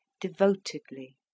devotedly